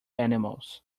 animals